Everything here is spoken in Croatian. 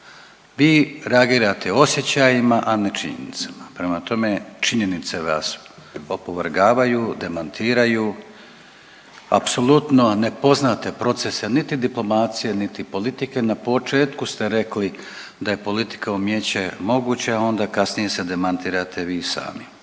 vi reagirate osjećajima, a ne činjenicama prema tome činjenice vas opovrgavaju, demantiraju, apsolutno ne poznate procese niti diplomacije niti politike. Na početku ste rekli da je politika umijeće mogućeg, a onda kasnije se demantirate vi sami.